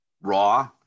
raw